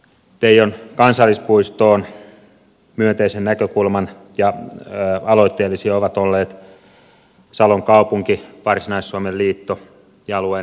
teijon kansallispuistoon myönteisen näkökulman ottaneita ja aloitteellisia ovat olleet salon kaupunki varsinais suomen liitto ja alueen matkailuyrittäjät